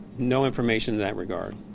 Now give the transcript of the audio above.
no information in that regard.